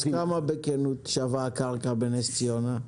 בכנות כמה שווה הקרקע בנס ציונה?